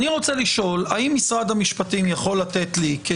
אני רוצה לשאול האם משרד המשפטים יכול לתת לי כי